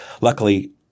Luckily